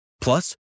Plus